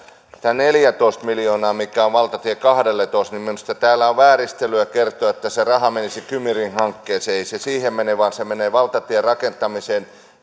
tämä neljätoista miljoonaa mikä on valtatie kahdelletoista että minusta täällä on vääristelyä kertoa että se raha menisi kymi ring hankkeeseen ei se siihen mene vaan se menee valtatien rakentamiseen